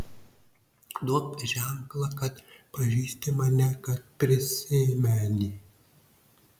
duok ženklą kad pažįsti mane kad prisimeni